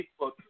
Facebook